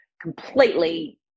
completely